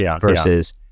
versus